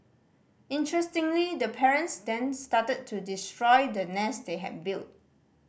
interestingly the parents then started to destroy the nest they had built